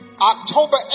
October